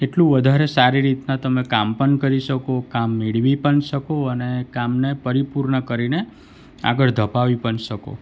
એટલું વધારે સારી રીતના તમે કામ પણ કરી શકો કામ મેળવી પણ શકો અને કામને પરિપૂર્ણ કરીને આગળ ધપાવી પણ શકો